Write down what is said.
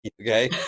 okay